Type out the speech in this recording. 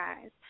guys